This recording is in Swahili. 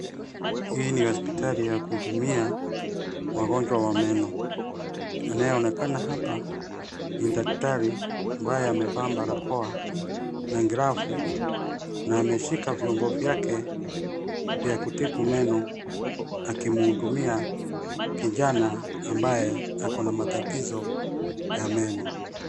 Hii ni hospitali ya kuhudumia wagonjwa wa meno, anayeonekana hapa ni daktari ambaye amevaa barakoa na glavu na ameshika viungo vyake vya kutibu meno akimhudumia kijana ambaye ako na matatizo ya meno.